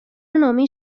نامه